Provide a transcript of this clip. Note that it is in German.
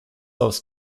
aufs